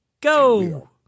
Go